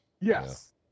Yes